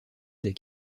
des